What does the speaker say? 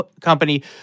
company